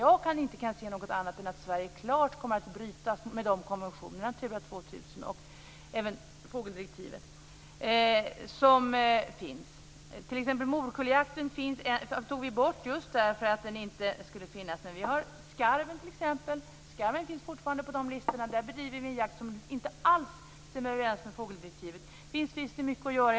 Jag kan inte se något annat än att Sverige klart kommer att bryta mot de konventioner som finns, mot Natura 2000 och även mot fågeldirektivet. Morkullejakten tog vi t.ex. bort just därför att det inte skulle finnas. Men t.ex. skarv finns fortfarande på listorna. Där bedriver vi en jakt som inte alls stämmer överens med fågeldirektivet. Visst finns det mycket att göra.